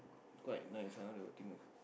quite nice one they'll think about